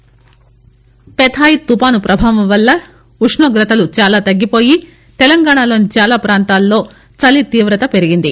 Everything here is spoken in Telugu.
అలెర్ట్ పెథాయ్ తుఫాన్ ప్రభావం వల్ల ఉష్ణోగ్రతలు చాలా తగ్గిపోయి తెలంగాణా లోని చాలా ప్రాంతాల్లో చలి తీవ్రత పెరిగింది